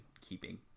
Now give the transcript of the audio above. keeping